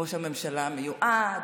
ראש הממשלה המיועד,